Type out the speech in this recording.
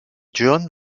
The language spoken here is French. john